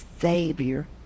savior